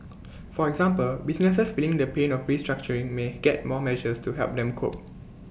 for example businesses feeling the pain of restructuring may get more measures to help them cope